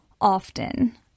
often